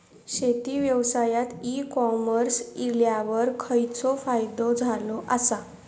शेती व्यवसायात e commerce इल्यावर खयचो फायदो झालो आसा?